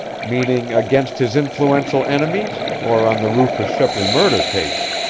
meaning against his influential enemies, or on the rufus shepley murder case?